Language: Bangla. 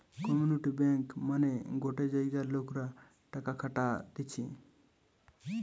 কমিউনিটি ব্যাঙ্ক মানে গটে জায়গার লোকরা টাকা খাটতিছে